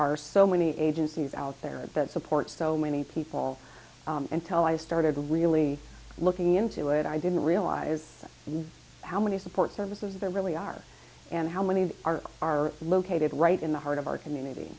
are so many agencies out there that support so many people until i started really looking into it i didn't realize how many support services there really are and how many are are located right in the heart of our community